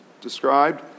described